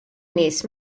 nies